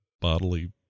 bodily